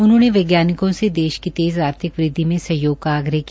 उन्होंने वैज्ञानिकों से देश की तेज़ आर्थिक वदवि में सहयोग का आग्रह किया